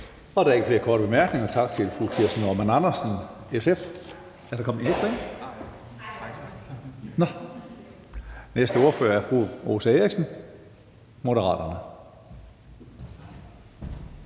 Der er ikke flere korte bemærkninger. Tak til fru Kirsten Normann Andersen, SF. Næste ordfører er fru Rosa Eriksen, Moderaterne.